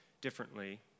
differently